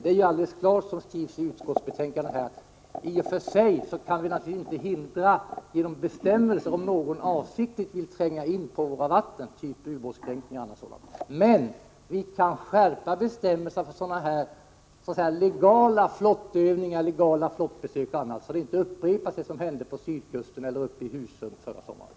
Det är ju alldeles klart, som skrivs i utskottsbetänkandet, att vi i och för sig inte genom bestämmelser kan hindra att någon avsiktligt tränger sig in på våra vatten — ubåtskränkningar osv. Men vi kan skärpa bestämmelserna för legala flottövningar, flottbesök etc., så att man inte får en upprepning av vad som hände på sydkusten och uppe i Husum förra sommaren.